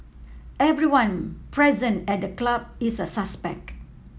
everyone present at the club is a suspect